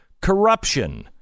Corruption